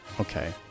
Okay